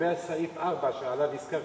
לגבי סעיף 4 שהזכרתי,